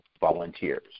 volunteers